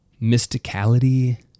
mysticality